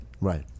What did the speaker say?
Right